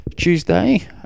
Tuesday